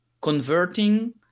converting